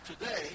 today